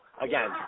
again –